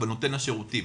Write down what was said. אבל נותן לה שירותים,